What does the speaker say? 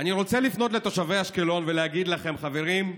אני רוצה לפנות לתושבי אשקלון ולהגיד לכם: חברים,